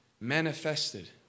manifested